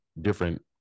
different